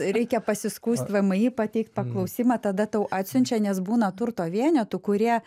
reikia pasiskųsti vmi pateikt paklausimą tada tau atsiunčia nes būna turto vienetų kurie